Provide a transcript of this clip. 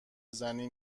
زنی